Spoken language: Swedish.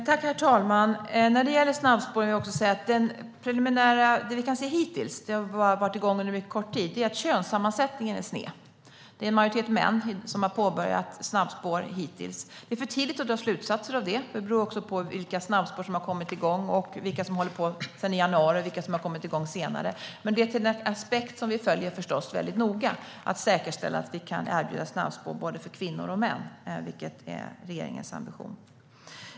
Herr talman! När det gäller snabbspåren vill jag säga att det vi kan se hittills - det här har ju varit igång under mycket kort tid - är att könsfördelningen är sned. Hittills är det en majoritet män som har påbörjat snabbspår. Det är för tidigt att dra slutsatser av det. Det beror också på vilka snabbspår som har kommit igång, vilka som varit igång sedan januari och vilka som kommit igång senare. Men det är en aspekt som vi följer väldigt noga för att säkerställa att vi kan erbjuda snabbspår för både kvinnor och män, vilket är regeringens ambition.